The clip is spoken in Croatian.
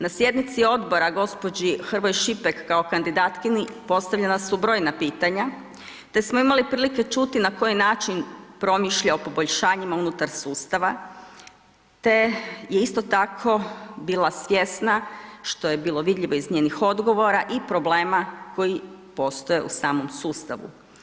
Na sjednici odbora gospođi Hrvoj Šipek kao kandidatkinji postavljena su brojna pitanja te smo imali prilike čuti na koji način promišlja o poboljšanjima unutar sustava te je isto tako bila svjesna, što je bilo vidljivo iz njenih odgovora, i problema koji postoje u samom sustavu.